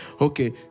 Okay